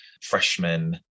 freshmen